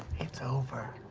it's over!